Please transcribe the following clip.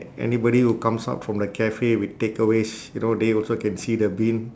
anybody who comes out from the cafe with takeaways you know they also can see the bin